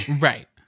Right